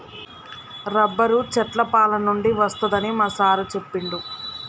rubber చెట్ల పాలనుండి వస్తదని మా సారు చెప్పిండు